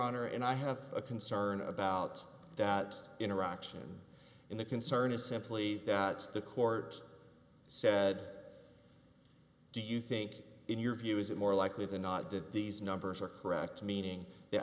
honor and i have a concern about that interaction in the concern is simply that the court said do you think in your view is it more likely than not that these numbers are correct meaning the